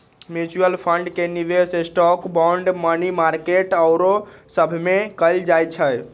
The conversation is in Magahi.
म्यूच्यूअल फंड के निवेश स्टॉक, बांड, मनी मार्केट आउरो सभमें कएल जाइ छइ